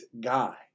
guy